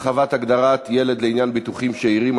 הרחבת הגדרת ילד לעניין ביטוח שאירים),